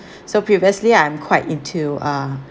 so previously I'm quite into uh